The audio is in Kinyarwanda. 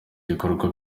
bikorwa